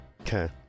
Okay